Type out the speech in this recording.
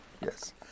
yes